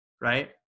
right